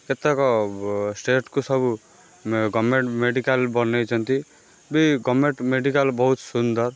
କେତେକ ଷ୍ଟେଟ୍ କୁ ସବୁ ଗଭର୍ଣ୍ଣମେଣ୍ଟ ମେଡ଼ିକାଲ୍ ବନେଇଛନ୍ତି ବି ଗଭର୍ଣ୍ଣମେଣ୍ଟ ମେଡ଼ିକାଲ୍ ବହୁତ ସୁନ୍ଦର